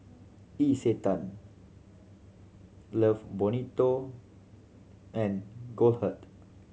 Isetan Love Bonito and Goldheart